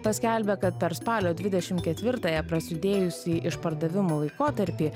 paskelbė kad per spalio dvidešimt ketvirtąją prasidėjusį išpardavimų laikotarpį